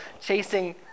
chasing